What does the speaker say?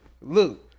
look